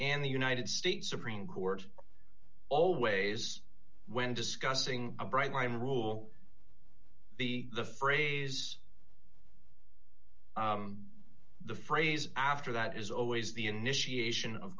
and the united states supreme court always when discussing a bright line rule be the phrase the phrase after that is always the initiation of